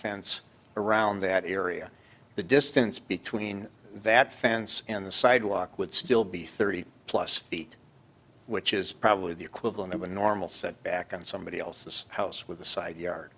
fence around that area the distance between that fence and the sidewalk would still be thirty plus feet which is probably the equivalent of a normal set back on somebody else's house with the side yard